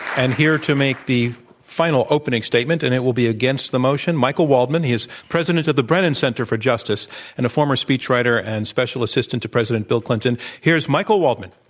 and here to make the final opening statement and it will be against the motion, michael waldman. he is president of the brennan center for justice and a former speechwriter and special assistant to president bill clinton. here's michael waldman.